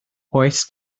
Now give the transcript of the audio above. oes